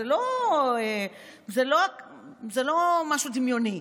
זה לא משהו דמיוני,